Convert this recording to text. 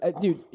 dude